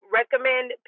recommend